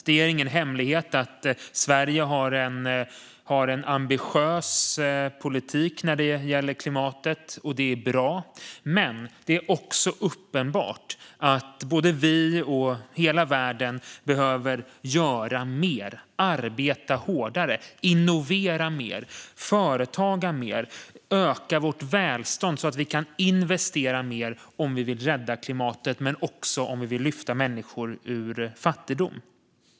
Det är ingen hemlighet att Sverige har en ambitiös politik när det gäller klimatet, och det är bra. Men det är också uppenbart att både vi och hela världen behöver göra mer, arbeta hårdare, innovera mer, företaga mer och öka vårt välstånd så att vi kan investera mer om vi vill rädda klimatet, men också om vi vill lyfta människor ur fattigdom.